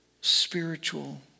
spiritual